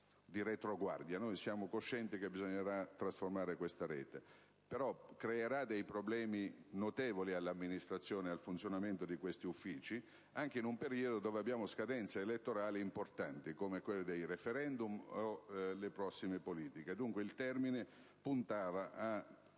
e siamo coscienti che bisognerà trasformare questa rete). Tutto ciò però creerà dei problemi notevoli all'amministrazione e al funzionamento di questi uffici, in un periodo con scadenze elettorali importanti, come quelle dei *referendum* o delle prossime elezioni politiche. Il termine puntava così